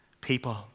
people